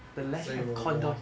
sorry 我